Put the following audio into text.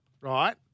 right